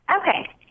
Okay